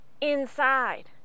inside